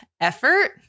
effort